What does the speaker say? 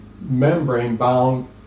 membrane-bound